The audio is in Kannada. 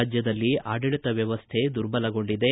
ರಾಜ್ಯದಲ್ಲಿ ಆಡಳಿತ ವ್ಯವಸ್ಥೆ ದುರ್ಬಲಗೊಂಡಿದೆ